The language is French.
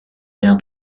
air